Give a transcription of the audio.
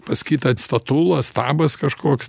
pas kitą statula stabas kažkoks